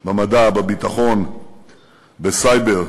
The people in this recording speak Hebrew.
במדע, בביטחון, בסייבר,